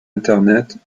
internet